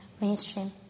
mainstream